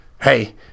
hey